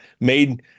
made